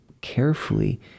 carefully